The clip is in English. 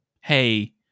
hey